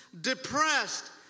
depressed